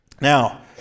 Now